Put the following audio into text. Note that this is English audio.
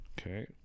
Okay